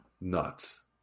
nuts